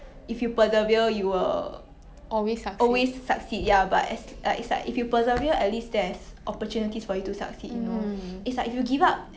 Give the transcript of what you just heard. mm